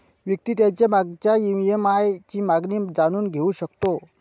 व्यक्ती त्याच्या मागच्या ई.एम.आय ची माहिती जाणून घेऊ शकतो